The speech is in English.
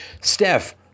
Steph